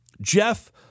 Jeff